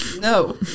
No